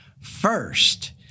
First